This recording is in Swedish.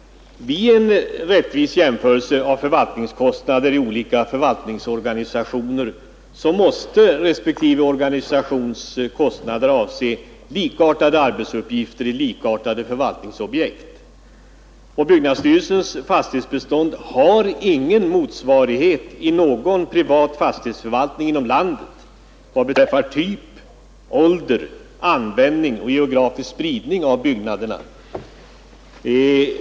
Vid en rättvis jämförelse av kostnader i olika förvaltningsorganisationer måste respektive organisationers kostnader avse likartade arbetsuppgifter i likartade arbetsobjekt, och byggnadsstyrelsens fastighetsbestånd har ingen motsvarighet i någon privat fastighetsförvaltning inom landet vad beträffar typ, ålder, användning eller geografisk spridning av byggnaderna.